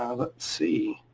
let's see.